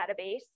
database